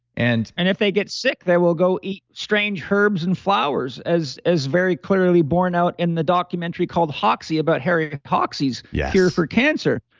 and and if they get sick, they will go eat strange herbs and flowers as as very clearly born out in the documentary called hoxsey about harry hoxsey, yeah cure for cancer.